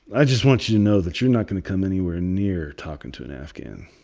i just want you to know that you're not going to come anywhere near talking to an afghan.